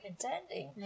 contending